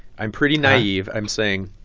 i'm pretty naive. i'm saying,